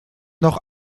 noch